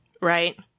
Right